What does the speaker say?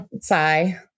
Sigh